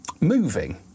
moving